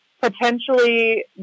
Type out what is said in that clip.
potentially